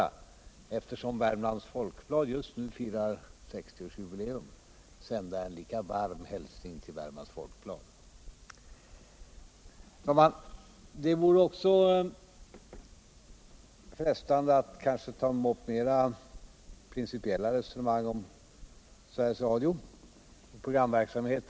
Och eftersom Värmlands Folkblad just nu firar 60-årsjubileum passar jag också på att sända en lika varm hälsning till Värmlands Folkblad. Det vore också frestande, herr talman, att ta upp mera principiella resonemang om Sveriges Radios programverksamhet.